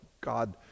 God